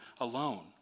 alone